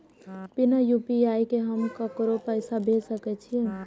बिना यू.पी.आई के हम ककरो पैसा भेज सके छिए?